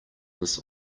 this